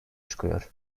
çıkıyor